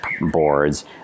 boards